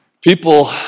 people